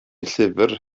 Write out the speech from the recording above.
llyfr